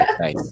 nice